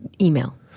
email